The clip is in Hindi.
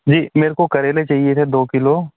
जी मेरे को करेला चाहिए थे दो किलो